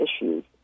issues